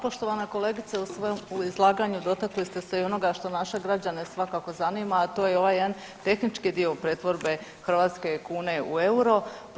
Poštovana kolegice, u svojem izlaganju dotakli ste se i onoga što naše građane svakako zanima, a to je ovaj jedan tehnički dio pretvorbe hrvatske kune u euro.